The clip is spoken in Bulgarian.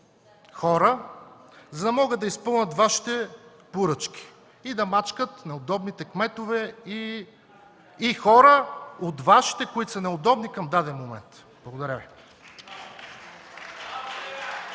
хора, за да могат да изпълнят Вашите поръчки и да мачкат неудобните кметове и хора от Вашите, които са неудобни към даден момент. Благодаря Ви.